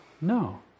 No